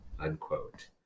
unquote